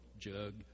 jug